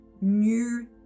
new